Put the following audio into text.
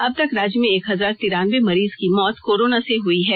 अब तक राज्य में एक हजार तिरानबे मरीज की मौत कोरोना से हई हैं